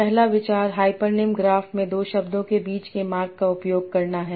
पहला विचार hypernym graph में दो शब्दों के बीच के मार्ग का उपयोग करना है